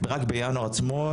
רק בינואר עצמו,